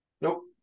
Nope